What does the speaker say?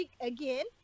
Again